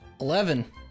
Eleven